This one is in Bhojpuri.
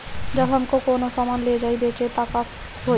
जब हम कौनो सामान ले जाई बेचे त का होही?